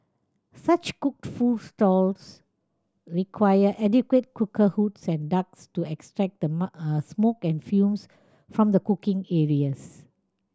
such cooked food stalls require adequate cooker hoods and ducts to extract the smoke and fumes from the cooking areas